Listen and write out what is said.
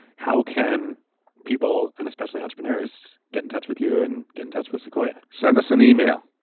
how can people and especially entrepreneurs get in touch with you and get in touch with sequoia? send us an email.